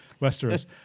Westeros